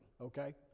okay